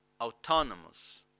autonomous